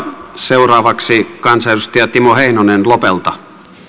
seuraavaksi kansanedustaja timo heinonen lopelta